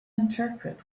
interpret